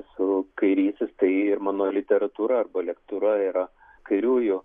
esu kairysis tai ir mano literatūra arba lektūra yra kairiųjų